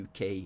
UK